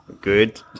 Good